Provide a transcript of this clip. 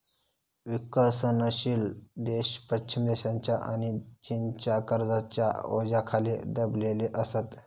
विकसनशील देश पश्चिम देशांच्या आणि चीनच्या कर्जाच्या ओझ्याखाली दबलेले असत